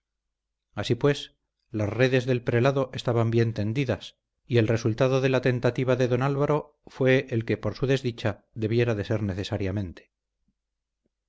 así pues las redes del prelado estaban bien tendidas y el resultado de la tentativa de don álvaro fue el que por su desdicha debiera de ser necesariamente